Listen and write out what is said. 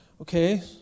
Okay